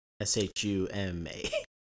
S-H-U-M-A